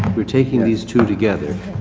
we're taking these two together.